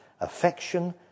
Affection